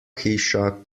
hiša